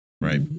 Right